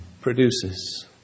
produces